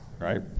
right